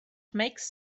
makes